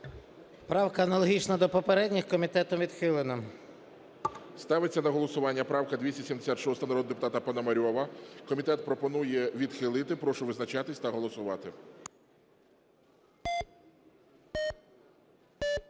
Правка аналогічна до попередніх. Комітетом відхилена. ГОЛОВУЮЧИЙ. Ставиться на голосування правка 276 народного депутата Пономарьова. Комітет пропонує відхилити. Прошу визначатися та голосувати.